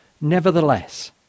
nevertheless